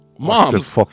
Moms